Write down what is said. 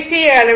யை அளவிடும்